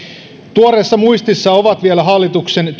tuoreessa muistissa ovat vielä hallituksen